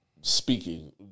speaking